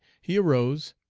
he arose,